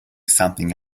something